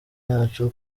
yacu